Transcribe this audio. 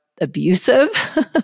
abusive